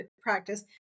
practice